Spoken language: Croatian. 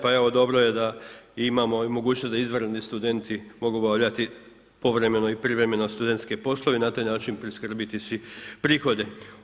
Pa evo dobro je da imamo i mogućnost da izvanredni studenti mogu obavljati povremeno i privremeno studentske poslove i na taj način priskrbiti si prihode.